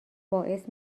باعث